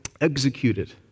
executed